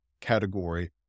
category